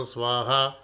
Swaha